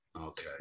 Okay